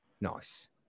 Nice